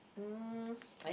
um